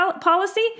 policy